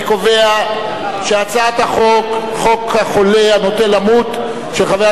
אני קובע שהצעת חוק החולה הנוטה למות (תיקון,